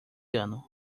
ano